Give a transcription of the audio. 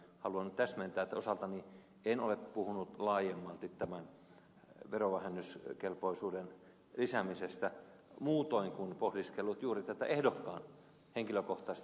haluan täsmentää että osaltani en ole puhunut laajemmalti verovähennyskelpoisuuden lisäämisestä muutoin kuin pohdiskellut juuri ehdokkaan henkilökohtaista asemaa